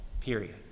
period